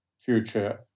future